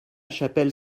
chapelle